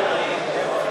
אייכלר.